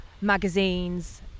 magazines